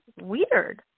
weird